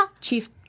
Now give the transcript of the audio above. Chief